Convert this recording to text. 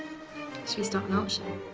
should we start an art show?